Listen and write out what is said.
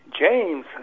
james